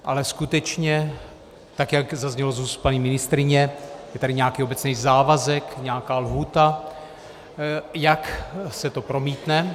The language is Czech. Ale skutečně tak jak zaznělo z úst paní ministryně, je tady nějaký obecný závazek, nějaká lhůta, jak se to promítne.